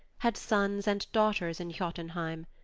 had sons and daughters in jotunheim.